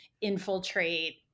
infiltrate